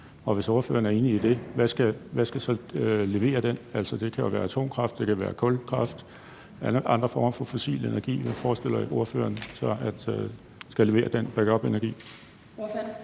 hvis ordføreren er enig i det, hvad skal så levere den? Altså, det kan jo være atomkraft, det kan være kulkraft og andre former for fossil energi. Hvad forestiller ordføreren sig skal levere den backupenergi?